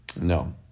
no